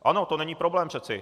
Ano, to není problém přeci.